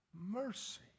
mercy